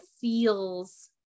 feels